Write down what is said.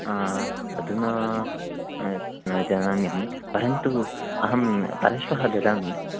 हा अधुना न जानाम्यहम् परन्तु अहं परश्वः ददामि